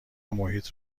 محیط